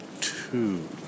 two